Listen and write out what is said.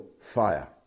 fire